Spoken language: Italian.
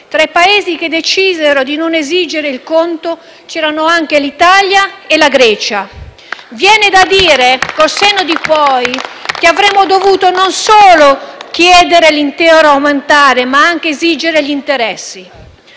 tra i Paesi che decisero di non esigere il conto c'erano anche l'Italia e la Grecia. *(Applausi dal Gruppo M5S).* Viene da dire, con il senno di poi, che avremmo dovuto non solo chiedere l'intero ammontare, ma anche esigere gli interessi.